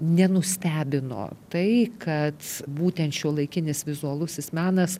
nenustebino tai kad būtent šiuolaikinis vizualusis menas